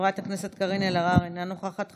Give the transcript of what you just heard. חברת הכנסת קארין אלהרר, אינה נוכחת.